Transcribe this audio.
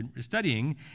studying